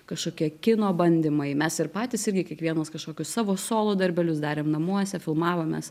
kažkokie kino bandymai mes ir patys irgi kiekvienas kažkokius savo solo darbelius darėm namuose filmavomės